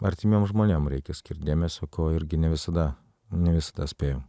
artimiem žmonėm reikia skirt dėmesio ko irgi ne visada ne visada spėju